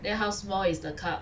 then how small is the cup